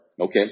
okay